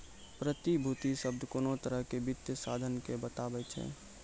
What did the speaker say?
प्रतिभूति शब्द कोनो तरहो के वित्तीय साधन के बताबै छै